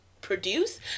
produce